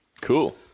Cool